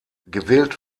gewählt